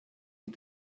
wie